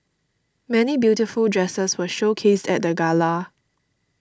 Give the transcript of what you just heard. many beautiful dresses were showcased at the gala